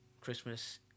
Christmas